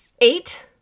eight